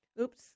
Oops